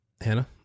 Hannah